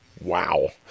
Wow